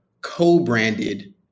co-branded